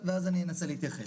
ואז אני אנסה להתייחס.